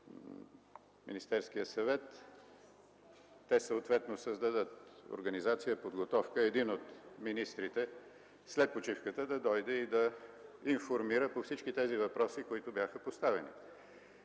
Министерския съвет, те съответно създадат организация, подготовка един от министрите след почивката да дойде и да ни информира по всички поставени въпроси. Те са напълно